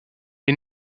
est